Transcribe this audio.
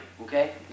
okay